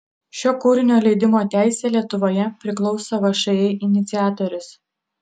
šio kūrinio leidimo teisė lietuvoje priklauso všį iniciatorius